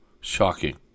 Shocking